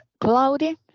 cloudy